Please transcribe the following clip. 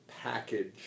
package